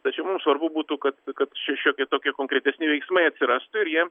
tačiau mums svarbu būtų kad kad šiokie tokie konkretesni veiksmai atsirastų ir jie